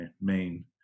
main